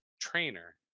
trainer